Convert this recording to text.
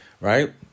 right